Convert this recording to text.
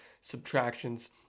subtractions